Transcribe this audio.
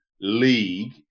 league